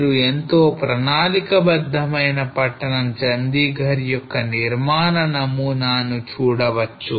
మీరు ఎంతో ప్రణాళికాబద్ధమైన పట్టణం చండీగర్ యొక్క నిర్మాణ నమూనా ని చూడవచ్చు